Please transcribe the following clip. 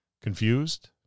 Confused